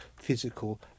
physical